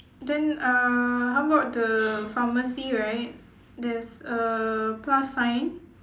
then uh how about the pharmacy right there's a plus sign